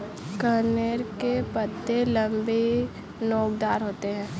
कनेर के पत्ते लम्बे, नोकदार होते हैं